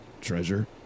treasure